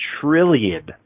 trillion